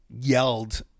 yelled